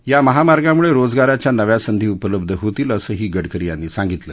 या महामार्गाम्ळे रोजगाराच्या नव्या संधी उपलब्ध होतील असंही गडकरी यांनी सांगितलं